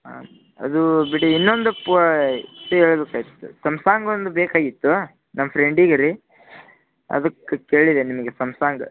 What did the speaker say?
ಹಾಂ ಅದೂ ಬಿಡಿ ಇನ್ನೊಂದು ಸಂಸಾಂಗ್ ಒಂದು ಬೇಕಾಗಿತ್ತು ನಮ್ಮ ಫ್ರೆಂಡಿಗೆ ರೀ ಅದಕ್ಕೆ ಕೇಳಿದೆ ನಿಮಗೆ ಸಂಸಾಂಗ್